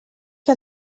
que